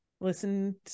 listen